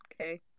Okay